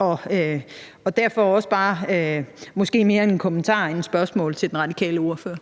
næstformand (Karen Ellemann): Ordføreren. Kl. 15:13 Anne Sophie Callesen